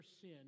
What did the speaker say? sin